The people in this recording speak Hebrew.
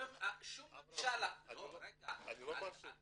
שום ממשלה --- אני לא מאשים.